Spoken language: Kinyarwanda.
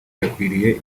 yakwiriye